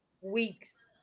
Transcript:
weeks